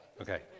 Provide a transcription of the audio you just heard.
Okay